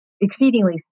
exceedingly